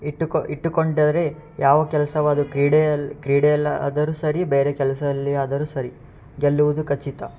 ಇಟ್ಟುಕೊ ಇಟ್ಟುಕೊಂಡರೆ ಯಾವ ಕೆಲ್ಸವದು ಕ್ರೀಡೆಯಲ್ಲಿ ಕ್ರೀಡೆಯಲ್ಲ ಆದರು ಸರಿ ಬೇರೆ ಕೆಲಸ ಅಲ್ಲಿ ಆದರು ಸರಿ ಗೆಲ್ಲುವುದು ಖಚಿತ